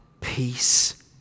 peace